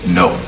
no